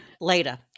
Later